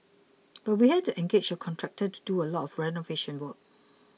but we had to engage a contractor to do a lot of renovation work